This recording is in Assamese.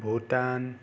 ভূটান